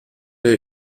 der